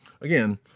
again